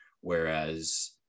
Whereas